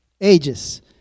ages